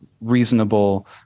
reasonable